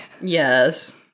Yes